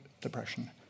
depression